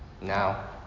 Now